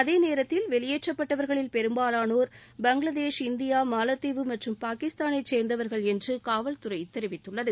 அதேநேரத்தில் வெளியேற்றப்பட்டவர்களில் பெரும்பாலானோர் பங்களாதேஷ் இந்தியா மாலத்தீவு மற்றும் பாகிஸ்தானை சேர்ந்தவர்கள் என்று காவல்துறை தெரிவித்துள்ளது